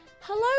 hello